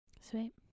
Sweet